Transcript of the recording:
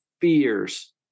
fears